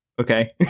okay